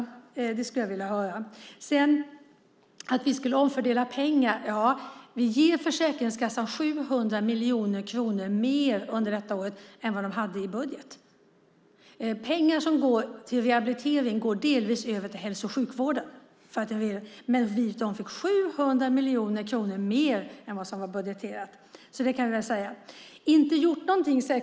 När det gäller att vi skulle omfördela pengar ger vi Försäkringskassan 700 miljoner kronor mer under detta år än vad de hade i budget. Pengar som går till rehabilitering går delvis över till hälso och sjukvården. Men de fick 700 miljoner kronor mer än vad som var budgeterat. Kurt Kvarnström säger att vi inte har gjort något.